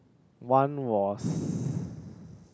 one was